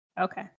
Okay